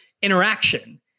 Interaction